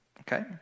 Okay